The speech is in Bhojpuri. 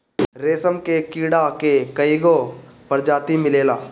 रेशम के कीड़ा के कईगो प्रजाति मिलेला